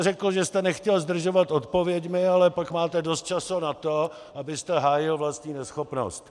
Řekl jste, že jste nechtěl zdržovat odpověďmi, ale pak máte dost času na to, abyste hájil vlastní neschopnost.